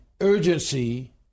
urgency